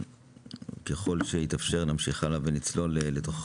וככל שיתאפשר נמשיך הלאה ונצלול לתוך החוק.